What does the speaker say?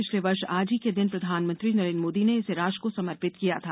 पिछले वर्ष आज ही के दिन प्रधानमंत्री नरेन्द्र मोदी ने इसे राष्ट्र को समर्पित किया था